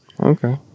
okay